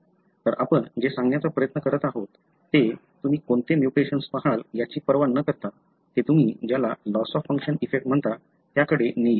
तर आपण जे सांगण्याचा प्रयत्न करत आहोत ते तुम्ही कोणते म्युटेशन्स पहाल याची पर्वा न करता ते तुम्ही ज्याला लॉस ऑफ फंक्शन इफेक्ट म्हणता त्याकडे नेईल